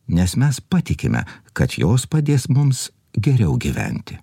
nes mes patikime kad jos padės mums geriau gyventi